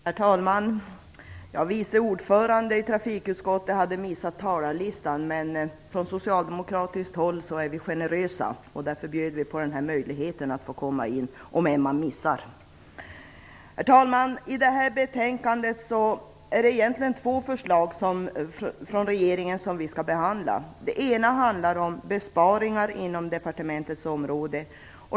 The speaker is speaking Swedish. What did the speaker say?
Herr talman! Vice ordföranden i trafikutskottet hade gjort en miss när det gäller talarlistan. Men från socialdemokratiskt håll är vi generösa. Därför bjuder vi på den här möjligheten att komma in i debatten. Herr talman! I det här betänkandet behandlas två förslag från regeringen. Det ena handlar om besparingar inom departementets område.